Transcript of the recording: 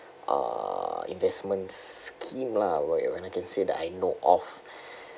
uh investment scheme lah where one I can say that I know of